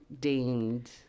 deemed